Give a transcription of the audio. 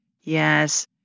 Yes